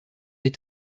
est